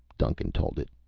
duncan told it.